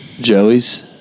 Joey's